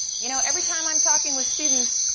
you know every time i'm talking with students,